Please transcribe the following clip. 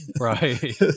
Right